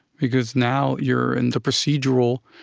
because now you're in the procedural,